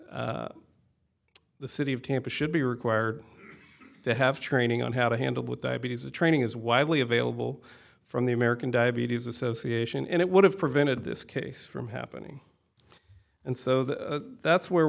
applied the city of tampa should be required to have training on how to handle with diabetes the training is widely available from the american diabetes association and it would have prevented this case from happening and so that's where